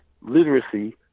literacy